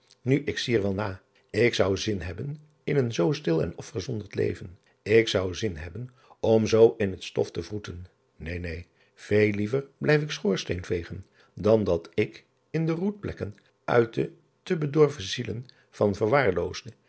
u ik zie er wel na k zou zin hebben in een zoo stil en afgezonderd leven k zou zin hebben om zoo in het stof te wroeten een neén veel liever blijf ik schoorsteenvegen dan dat ik de roetplekken uit de de bedorven zielen van verwaarloosde